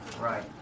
Right